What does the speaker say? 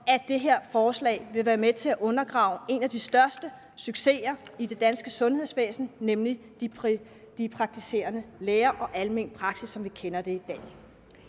at det her forslag vil være med til at undergrave en af de største succeser i det danske sundhedsvæsen, nemlig de praktiserende læger og almen praksis, som vi kender den i dag.